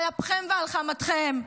על אפכם ועל חמתכם,